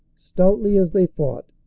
stoutly as they fought,